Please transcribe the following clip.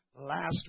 last